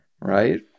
Right